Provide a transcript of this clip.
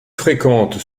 fréquentes